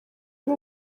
ari